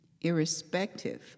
irrespective